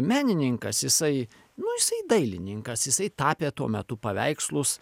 menininkas jisai nu jisai dailininkas jisai tapė tuo metu paveikslus